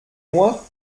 moi